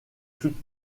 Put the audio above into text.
toute